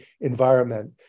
environment